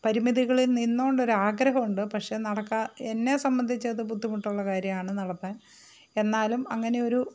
പരിമിതികളിൽ നിന്ന് കൊണ്ട് ഒരു ആഗ്രഹം ഉണ്ട് പക്ഷേ നടക്കാൻ എന്നെ സംബന്ധിച്ചത് ബുദ്ധിമുട്ടുള്ള കാര്യമാണ് നടത്താൻ എന്നാലും അങ്ങനെ ഒരു